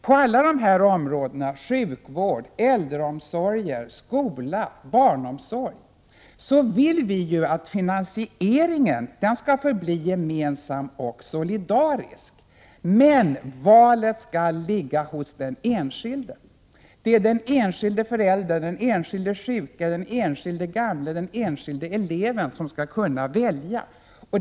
På alla de här områdena — sjukvård, äldreomsorg, skola, barnomsorg — vill vi att finansieringen skall förbli gemensam och solidarisk. Men valet skall ligga hos den enskilde. Det är den enskilde föräldern, den enskilde sjuke, den enskilde gamle, den enskilde eleven som skall kunna välja.